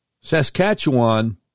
Saskatchewan